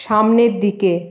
সামনের দিকে